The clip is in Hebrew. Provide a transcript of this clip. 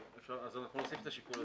אז נוסיף את השיקול הזה.